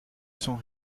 sont